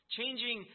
Changing